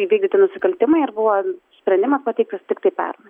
įvykdyti nusikaltimai ir buvo sprendimas pateiktas tiktai pernai